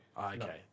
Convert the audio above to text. Okay